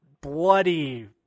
Bloody